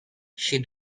she